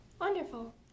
Wonderful